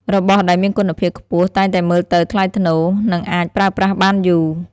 របស់ដែលមានគុណភាពខ្ពស់តែងតែមើលទៅថ្លៃថ្នូរ និងអាចប្រើប្រាស់បានយូរ។